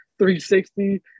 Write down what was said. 360